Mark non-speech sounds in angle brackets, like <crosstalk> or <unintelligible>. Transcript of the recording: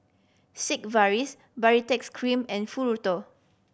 Sigvaris Baritex Cream and <unintelligible>